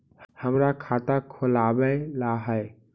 हमरा खाता खोलाबे ला है?